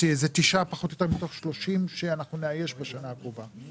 זה תשעה פחות או יותר מתוך 30 שאנחנו נאייש בשנה הקרובה,